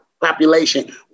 population